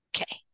Okay